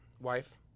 Wife